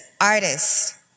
artists